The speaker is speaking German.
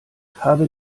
habe